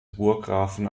burggrafen